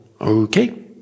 okay